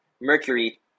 mercury